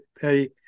Patty